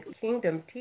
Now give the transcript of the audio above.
kingdom